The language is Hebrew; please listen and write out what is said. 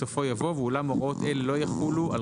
בסופו יבוא ואולם הוראות אלה לא יחולו על